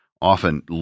often